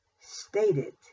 stated